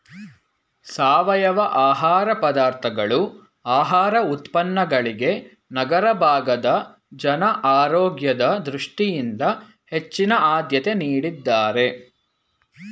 ಸಾವಯವ ಆಹಾರ ಪದಾರ್ಥಗಳು ಆಹಾರ ಉತ್ಪನ್ನಗಳಿಗೆ ನಗರ ಭಾಗದ ಜನ ಆರೋಗ್ಯದ ದೃಷ್ಟಿಯಿಂದ ಹೆಚ್ಚಿನ ಆದ್ಯತೆ ನೀಡಿದ್ದಾರೆ